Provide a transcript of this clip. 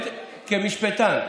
כמשפטן.